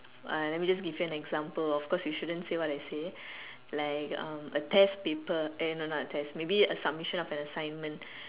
I let me just give you an example of because you shouldn't say what I say like um a test paper eh no no not a test maybe a submission of a assignment